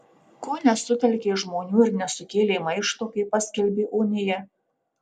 ko nesutelkei žmonių ir nesukėlei maišto kai paskelbė uniją